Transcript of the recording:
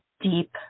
deep